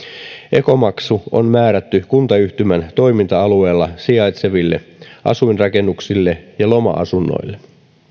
ekomaksu on määrätty kuntayhtymän toiminta alueella sijaitseville asuinrakennuksille ja loma asunnoille